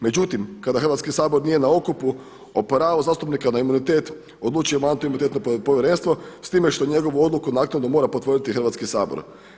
Međutim, kada Hrvatski sabor nije na okupu o pravu zastupnika na imunitet odlučuje Mandatno-imunitetno povjerenstvo s time što njegovu odluku naknadno mora potvrditi Hrvatski sabor.